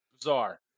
Bizarre